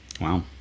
Wow